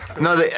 no